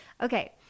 Okay